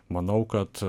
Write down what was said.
manau kad